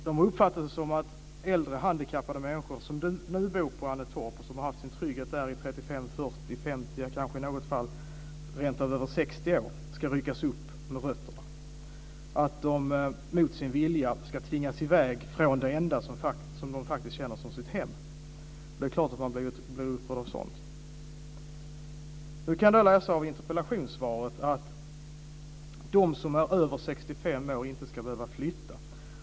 De har uppfattat det som att äldre handikappade människor som nu bor på Annetorp, och som har haft sin trygghet där i 35, 40, 50, kanske i något fall rentav över 60 år, ska ryckas upp med rötterna, att de mot sin vilja ska tvingas i väg från det enda som de faktiskt känner som sitt hem. Det är klart att man blir upprörd av sådant. Man kan läsa av interpellationssvaret att de som är över 65 år inte ska behöva flytta.